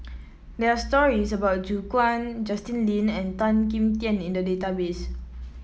there are stories about Gu Juan Justin Lean and Tan Kim Tian in the database